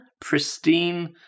pristine